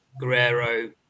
Guerrero